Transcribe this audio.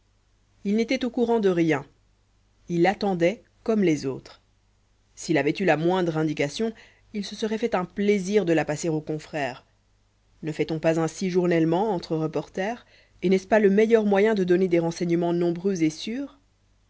il n'était au courant de rien il attendait comme les autres s'il avait eu la moindre indication il se serait fait un plaisir de la passer aux confrères ne fait-on pas ainsi journellement entre reporters et n'est-ce pas le meilleur moyen de donner des renseignements nombreux et sûrs